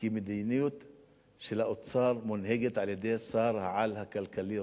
כי המדיניות של האוצר מונהגת על-ידי שר-העל הכלכלי,